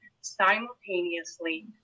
simultaneously